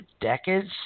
decades